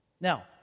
Now